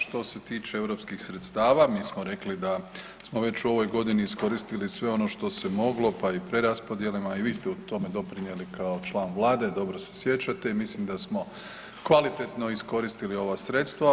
Što se tiče europskih sredstava mi smo rekli da smo već u ovoj godini iskoristili sve ono što se moglo, pa i preraspodjelama, i vi ste u tome doprinijeli kao član vlade, dobro se sjećate i mislim da smo kvalitetno iskoristili ova sredstva.